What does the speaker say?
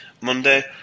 Monday